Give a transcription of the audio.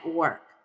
work